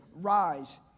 Rise